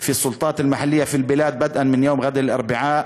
ברשויות המקומיות בארץ ממחר, רביעי,